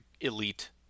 elite